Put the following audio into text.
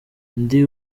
ndi